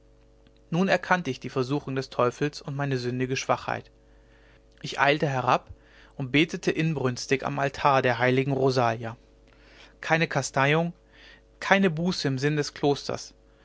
nun erkannte ich die versuchung des teufels und meine sündige schwachheit ich eilte herab und betete inbrünstig am altar der heiligen rosalia keine kasteiung keine buße im sinn des klosters